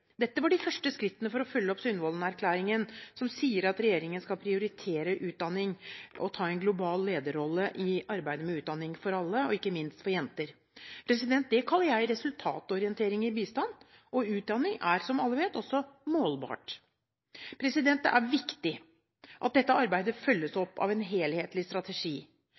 Dette var de første skrittene for å følge opp Sundvolden-erklæringen, som sier at regjeringen skal prioritere utdanning og ta en global lederrolle i arbeidet med utdanning for alle, ikke minst for jenter. Det kaller jeg resultatorientering i bistand, og utdanning er, som alle vet, også målbart. Det er viktig at dette arbeidet følges opp av en helhetlig strategi.